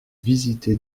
visité